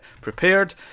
prepared